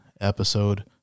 episode